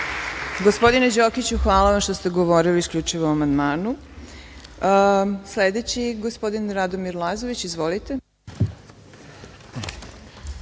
Gospodine Đokiću, hvala vam što ste govorili isključivo o amandmanu. Sledeći je gospodin Radomir Lazović. Izvolite.